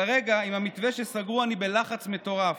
כרגע, עם המתווה שסגרו, אני בלחץ מטורף,